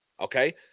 Okay